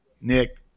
Nick